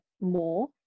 more